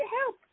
help